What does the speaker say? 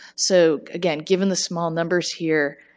so again, given the small numbers here,